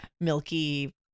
milky